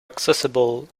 accessible